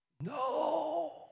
No